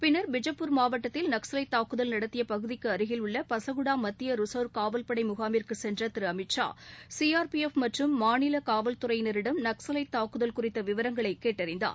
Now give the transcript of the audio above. பின்னர் பிஜப்பூர் மாவட்டத்தில் நக்சலைட் தாக்குதல் நடத்திய பகுதிக்கு அருகில் உள்ள பசகுடா மத்திய ரிசர்வ் காவல் படை முகாமிற்கு சென்ற Thiru Amit Shah C R P F மற்றும் மாநில காவல்துறையினரிடம் நக்கலைட் தாக்குதல் குறித்த விவரங்களை கேட்டறிந்தார்